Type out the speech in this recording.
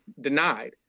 denied